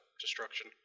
destruction